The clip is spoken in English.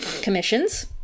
commissions